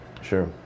Sure